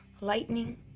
lightning